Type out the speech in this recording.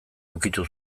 ukitu